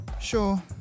Sure